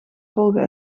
volgen